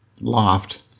loft